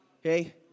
Okay